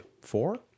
four